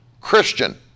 Christian